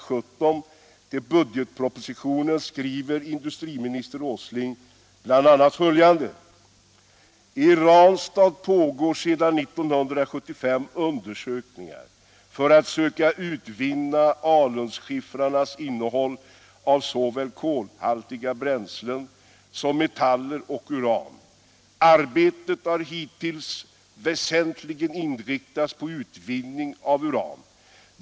17 till budgetpropositionen skriver industriminister Åsling bl.a. följande: ”I Ranstad pågår sedan 1975 undersökningar för att söka utvinna alunskiffrarnas innehåll av såväl kolhaltiga bränslen som metaller och uran. Arbetet har hittills väsentligen inriktats på utvinning av uran.